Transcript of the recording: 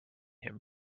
him